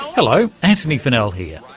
hello, antony funnell here,